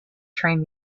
train